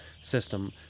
system